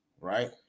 right